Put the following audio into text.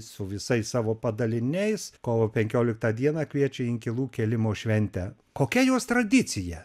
su visais savo padaliniais kovo penkioliktą dieną kviečia į inkilų kėlimo šventę kokia jos tradicija